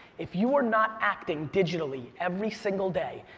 if you are not acting digitally every single day,